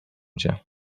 cię